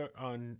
on